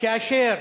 כאשר,